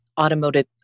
automotive